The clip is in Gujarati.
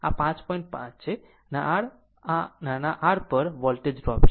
આ r નાના r પર વોલ્ટેજ ડ્રોપ છે